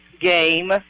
game